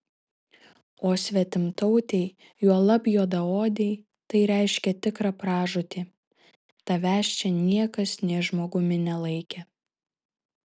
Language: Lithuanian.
o svetimtautei juolab juodaodei tai reiškė tikrą pražūtį tavęs čia niekas nė žmogumi nelaikė